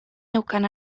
neukan